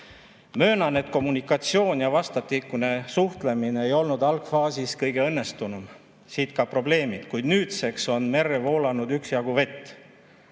et kommunikatsioon ja vastastikune suhtlemine ei olnud algfaasis kõige õnnestunum. Siit ka probleemid. Kuid nüüdseks on merre voolanud üksjagu vett.